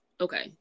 Okay